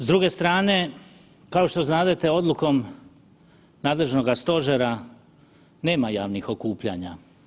S druge strane kao što znadete odlukom nadležnoga stožera nema javnih okupljanja.